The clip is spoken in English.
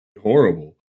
horrible